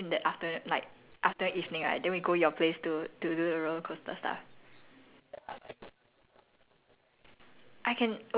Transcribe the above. then in the morning right we go to my place right then we do all the things we need to do then in the afternoon like afternoon evening right then we go your place to to do the roller coaster stuff